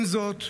עם זאת,